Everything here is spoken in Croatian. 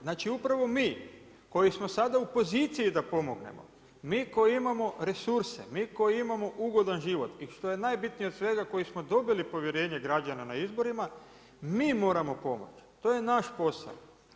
Znači upravo mi, koji smo sada u poziciji da pomognemo, mi koji imamo resurse, mi koji imamo ugodan život i što je najbitnije od svega koji smo dobili povjerenje građana na izborima, mi moramo pomoć, to je naš posao.